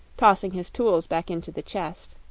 tossing his tools back into the chest,